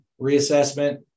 reassessment